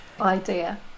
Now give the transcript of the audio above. idea